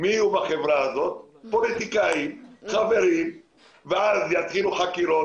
בחברה הזו ישבו פוליטיקאים ואז יתחילו חקירות.